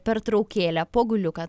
pertraukėlę poguliuką